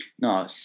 No